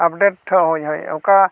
ᱦᱳᱭ ᱦᱳᱭ ᱚᱠᱟ